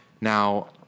Now